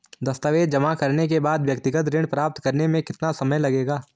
दस्तावेज़ जमा करने के बाद व्यक्तिगत ऋण प्राप्त करने में कितना समय लगेगा?